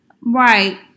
Right